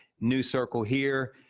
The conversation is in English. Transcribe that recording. new circle here.